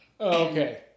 okay